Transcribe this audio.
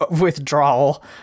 withdrawal